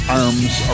arms